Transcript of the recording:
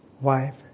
wife